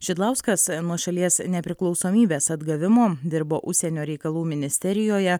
šidlauskas nuo šalies nepriklausomybės atgavimo dirbo užsienio reikalų ministerijoje